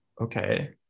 Okay